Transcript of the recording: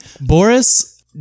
Boris